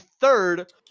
third